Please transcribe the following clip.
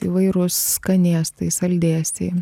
įvairūs skanėstai saldėsiai